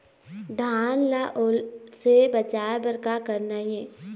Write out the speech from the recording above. धान ला ओल से बचाए बर का करना ये?